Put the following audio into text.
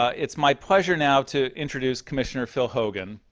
it's my pleasure now to introduce commissioner phil hogan,